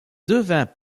devint